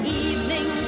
evening